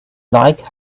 like